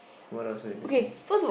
what else are we missing